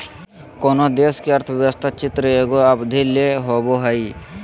कोनो देश के अर्थव्यवस्था चित्र एगो अवधि ले होवो हइ